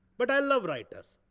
but i love writers.